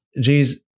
Jesus